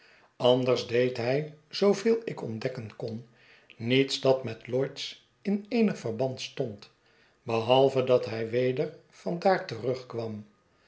anders deed hij zooveel ik ontdekken kon niets dat met lloyd's in eenig verband stond behalve dat hij weder van daar terugkwam